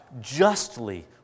justly